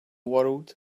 world